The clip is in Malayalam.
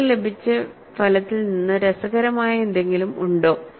നിങ്ങൾക്ക് ലഭിച്ച ഫലത്തിൽ നിന്ന് രസകരമായ എന്തെങ്കിലും ഉണ്ടോ